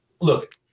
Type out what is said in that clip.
Look